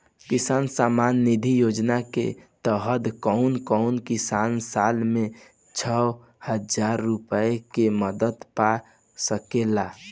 किसान सम्मान निधि योजना के तहत कउन कउन किसान साल में छह हजार रूपया के मदद पा सकेला?